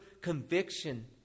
conviction